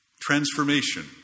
Transformation